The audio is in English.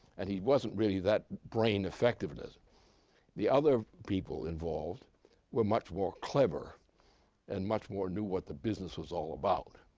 and he wasn't really that brain effective. and the other people involved were much more clever and much more knew what the business was all about,